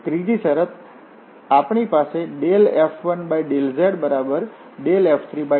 ત્રીજી શરત અમારી પાસે F1∂zF3∂x છે